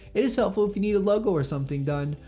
it is helpful if you need a logo or something done.